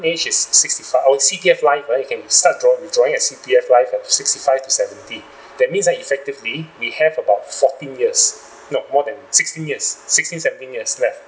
age is sixty-five our C_P_F life right you can start draw withdrawing your C_P_F life at sixty-five to seventy that means uh effectively we have about fourteen years no more than sixteen years sixteen seventeen years left